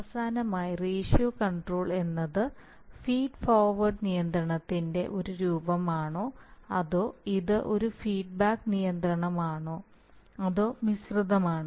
അവസാനമായി ratio control എന്നത് feed forward നിയന്ത്രണത്തിൻറെ ഒരു രൂപമാണോ അതോ ഇത് ഒരു ഫീഡ്ബാക്ക് നിയന്ത്രണമാണോ അതോ മിശ്രിതമാണോ